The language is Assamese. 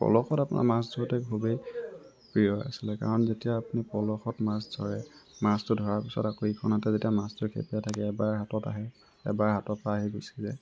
পলহত আপোনাৰ মাছ ধৰোঁতে খুবেই প্ৰিয় আছিলে কাৰণ আপুনি যেতিয়া পলহত মাছ ধৰে মাছটো ধৰা পিছত আকৌ ইখন হাতে যেতিয়া মাছটো খেপিয়াই থাকে বা হাতত আহে এবাৰ হাতৰ পৰা আহি গুচি যায়